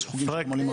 יש חוגים שעולים הרבה.